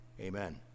Amen